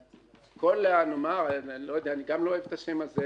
כל אני לא אוהב את השם הזה,